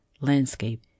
landscape